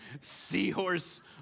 Seahorse